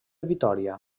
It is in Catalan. vitòria